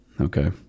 okay